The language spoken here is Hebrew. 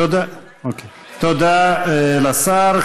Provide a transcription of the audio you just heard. תודה לשר.